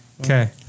Okay